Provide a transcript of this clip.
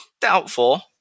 Doubtful